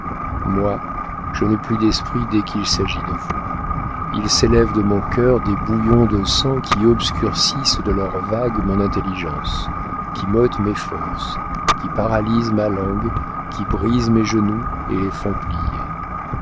moi je n'ai plus d'esprit dès qu'il s'agit de vous il s'élève de mon cœur des bouillons de sang qui obscurcissent de leurs vagues mon intelligence qui m'ôtent mes forces qui paralysent ma langue qui brisent mes genoux et les font plier